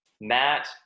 Matt